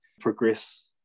progress